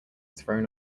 thrown